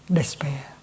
despair